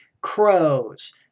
crows